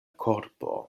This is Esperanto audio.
korpo